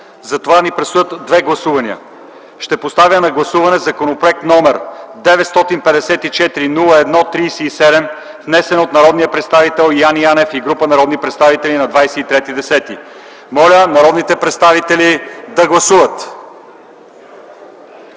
затова ни предстоят две гласувания. Ще поставя на гласуване Законопроект № 954-01-37, внесен от народния представител Яне Янев и група народни представители на 23.10.2009 г. Моля народните представители да гласуват.